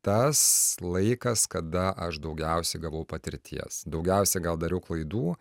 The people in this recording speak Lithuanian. tas laikas kada aš daugiausiai gavau patirties daugiausia gal dariau klaidų